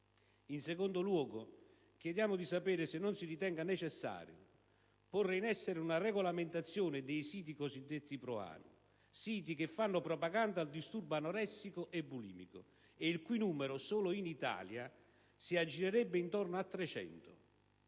In secondo luogo, chiediamo di sapere se non si ritenga necessario porre in essere una regolamentazione dei siti cosiddetti pro-ana, che fanno propaganda al disturbo anoressico e bulimico e il cui numero solo in Italia si aggirerebbe intorno a 300.